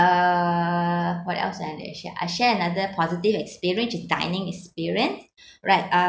uh what else can I share I share another positive experience which is dining experience alright uh